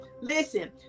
Listen